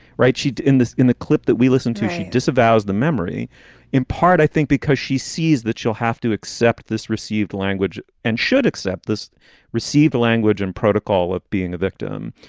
right. she's in this in the clip that we listen to, she disavows the memory in part, i think, because she sees that she'll have to accept this received language and should accept this received language and protocol of being a victim,